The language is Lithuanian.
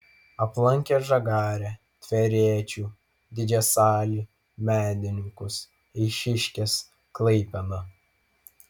aplankė žagarę tverečių didžiasalį medininkus eišiškes klaipėdą